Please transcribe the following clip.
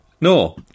no